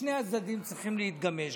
ושני הצדדים צריכים להתגמש,